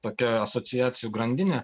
tokia asociacijų grandinė